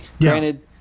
granted